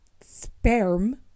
sperm